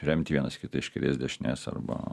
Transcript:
remti vienas kitą iš kairės dešinės arba